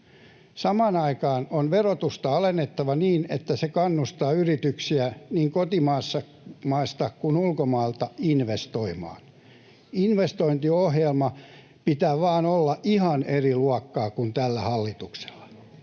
Samaan aikaan on verotusta alennettava niin, että se kannustaa yrityksiä niin kotimaasta kuin ulkomailta investoimaan. Investointiohjelman pitää vain olla ihan eri luokkaa kuin tällä hallituksella.